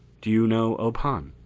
do you know ob hahn?